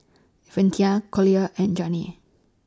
Venita Collier and Janae